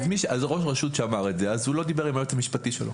ראש הרשות שאמר את זה לא דיבר עם היועץ המשפטי שלו.